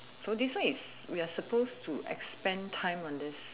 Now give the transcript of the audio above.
so this one is we are supposed to expand time on this